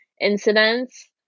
incidents